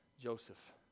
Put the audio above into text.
Joseph